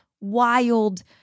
wild